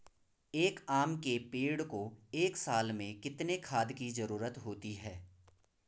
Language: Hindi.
एक आम के पेड़ को एक साल में कितने खाद की जरूरत होती है?